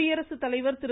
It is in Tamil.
குடியரசுத்தலைவர் திரு